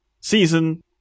season